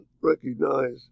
recognize